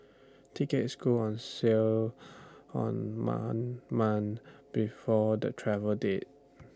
tickets go on sale month before the travel date